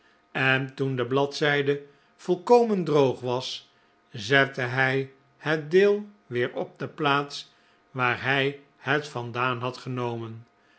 en toen de bladzijde volkomen droog was zette hij het deel weer op de plaats waar hij het vandaan had genomen